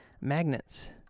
magnets